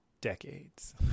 decades